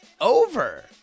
over